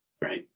right